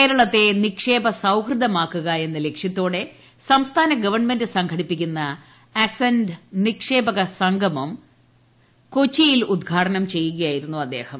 കേരളത്തെ നിക്ഷേപസൌഹൃദമാക്കുക എന്ന ലക്ഷ്യത്തോടെ സംസ്ഥാന ഗവൺമെന്റ് സംഘടിപ്പിക്കുന്ന അസന്റ് നിക്ഷേപക സംഗമം കൊച്ചിയിൽ ഉദ്ഘാടനം ചെയ്യുകയായിരുന്നു അദ്ദേഹം